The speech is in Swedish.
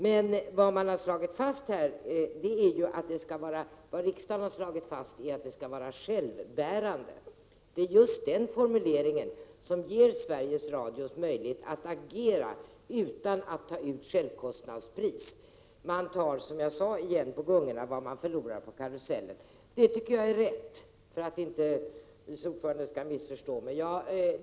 Men riksdagen har ju slagit fast att verksamheten skall vara självbärande. Det är just den formuleringen som ger Sveriges Radio möjligheter att agera utan att ta ut självkostnadspris. Som jag sade tar man igen på gungorna vad man förlorar på karusellen. Detta tycker jag är rätt, det vill jag säga för att inte vice ordföranden skall missförstå mig.